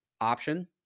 option